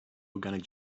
organic